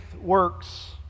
works